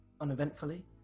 uneventfully